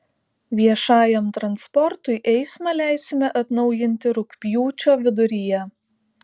viešajam transportui eismą leisime atnaujinti rugpjūčio viduryje